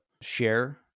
share